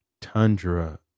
tundra